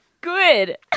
Good